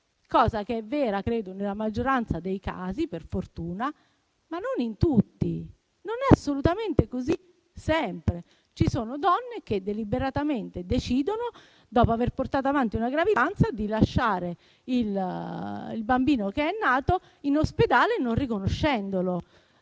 Questo è vero, credo, nella maggioranza dei casi per fortuna, ma non in tutti. Non è assolutamente così sempre: ci sono donne che deliberatamente decidono, dopo aver portato avanti una gravidanza, di lasciare il bambino che è nato in ospedale, non riconoscendolo.